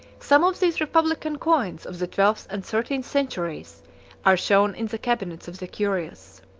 some of these republican coins of the twelfth and thirteenth centuries are shown in the cabinets of the curious.